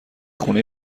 خونه